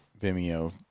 Vimeo